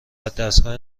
ودستگاه